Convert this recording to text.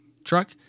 truck